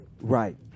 Right